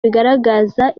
bigaragaza